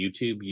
YouTube